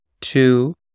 two